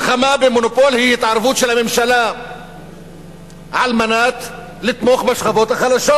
מלחמה במונופול היא התערבות של הממשלה על מנת לתמוך בשכבות החלשות,